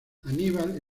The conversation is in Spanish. aníbal